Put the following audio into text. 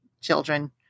children